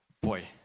boy